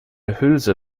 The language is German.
hülse